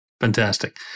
Fantastic